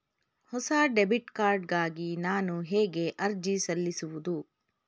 ಹೊಸ debit card ಗಾಗಿ ನಾನು ಹೇಗೆ ಅರ್ಜಿ ಸಲ್ಲಿಸುವುದು?